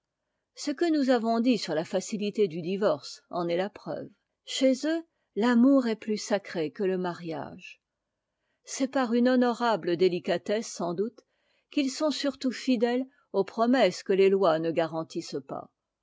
ce que nous avons dit sur la facilité du divorce en est la preuve chez eux l'amour est plus sacré que le mariage c'est par une honorable délicatesse sans doute qu'ils sont surtout fidèles aux promesses que les lois ne garantissent pas